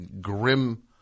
grim